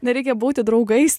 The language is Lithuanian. nereikia būti draugais